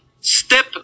step